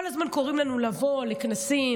כל הזמן קוראים לנו לבוא לכנסים,